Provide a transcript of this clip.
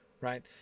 right